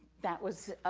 that was,